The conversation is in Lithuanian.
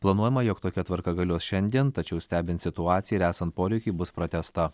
planuojama jog tokia tvarka galios šiandien tačiau stebint situaciją ir esant poreikiui bus pratęsta